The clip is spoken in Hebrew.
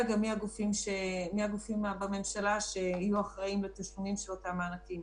גם מי הגופים בממשלה שיהיו אחראיים לתשלומים של אותם מענקים.